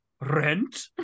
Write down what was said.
Rent